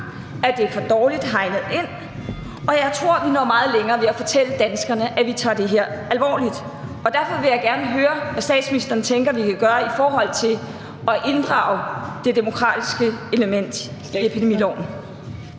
at det er for dårligt hegnet ind, og jeg tror, vi når meget længere ved at fortælle danskerne, at vi tager det her alvorligt. Derfor vil jeg gerne høre, hvad statsministeren tænker, vi kan gøre i forhold til at inddrage det demokratiske element i epidemiloven.